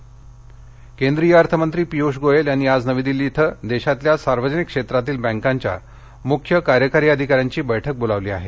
bank अधिकारी बैठक केंद्रीय अर्थमंत्री पियूष गोयल यांनी आज नवी दिल्ली इथं देशातल्या सार्वजनिक क्षेत्रातील बँकांच्या मुख्य कार्यकारी अधिकाऱ्यांची बैठक बोलावली आहे